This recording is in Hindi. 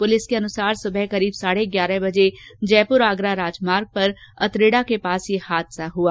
पुलिस के अनुसार सुबह करीब साढ़े ग्यारह बजे जयपुर आगरा राजमार्ग पर अतरेडा के पास ये हादसा हुआ